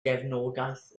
gefnogaeth